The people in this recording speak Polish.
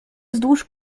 wzdłuż